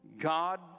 God